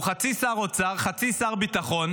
הוא חצי שר אוצר, חצי שר ביטחון,